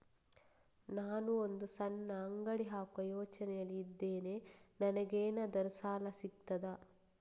ನಾನು ಒಂದು ಸಣ್ಣ ಅಂಗಡಿ ಹಾಕುವ ಯೋಚನೆಯಲ್ಲಿ ಇದ್ದೇನೆ, ನನಗೇನಾದರೂ ಸಾಲ ಸಿಗ್ತದಾ?